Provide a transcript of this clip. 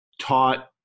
taught